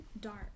Dark